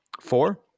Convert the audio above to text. Four